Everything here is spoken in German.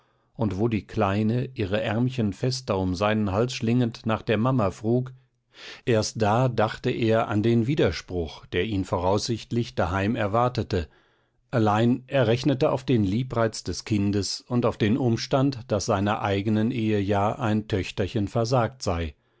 und wo die kleine ihre aermchen fester um seinen hals schlingend nach der mama frug erst da dachte er an den widerspruch der ihn voraussichtlich daheim erwartete allein er rechnete auf den liebreiz des kindes und auf den umstand daß seiner eigenen ehe ja ein töchterchen versagt sei